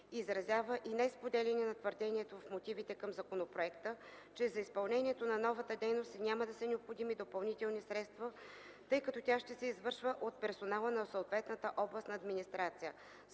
изразява и несподеляне на твърдението в мотивите към законопроекта, че за изпълнението на новата дейност няма да са необходими допълнителни средства, тъй като тя ще се извършва от персонала на съответната областна администрация.